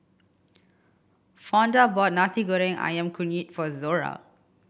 Fonda bought Nasi Goreng Ayam Kunyit for Zora